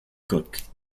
coq